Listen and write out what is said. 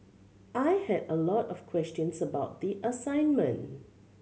I had a lot of questions about the assignment